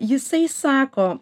jisai sako